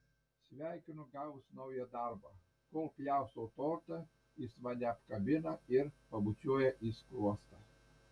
sveikinu gavus naują darbą kol pjaustau tortą jis mane apkabina ir pabučiuoja į skruostą